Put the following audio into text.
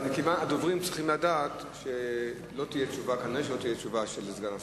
והדוברים צריכים לדעת שלא תהיה תשובה של סגן השר.